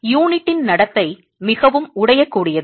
யூனிட்டின் நடத்தை மிகவும் உடையக்கூடியது